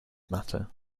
matter